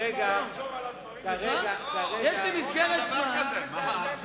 יש לי מסגרת זמן.